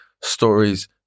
stories